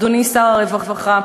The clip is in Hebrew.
אדוני שר הרווחה,